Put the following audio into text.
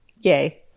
Yay